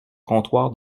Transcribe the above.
comptoir